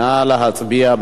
נא להצביע.